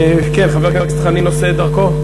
כן, חבר הכנסת חנין עושה את דרכו?